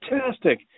Fantastic